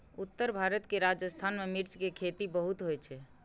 उत्तर भारत के राजस्थान मे मिर्च के खेती बहुत होइ छै